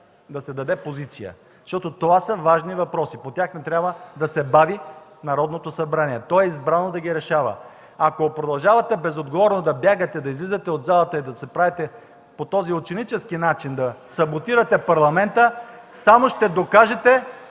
да се даде позиция. Защото това са важни въпроси. По тях не трябва да се бави Народното събрание. То е избрано да ги решава. Ако продължавате безотговорно да бягате, да излизате от залата и по този ученически начин да саботирате Парламента, само ще докажете